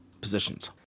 positions